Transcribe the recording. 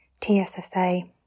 TSSA